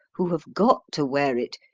who have got to wear it,